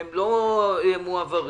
לא מועברים.